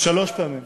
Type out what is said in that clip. שלוש פעמים.